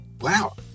Wow